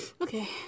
Okay